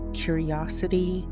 curiosity